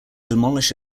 demolish